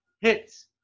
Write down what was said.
hits